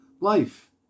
life